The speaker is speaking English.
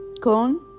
con